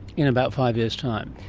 in about five years time!